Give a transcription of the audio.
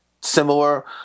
similar